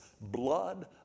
blood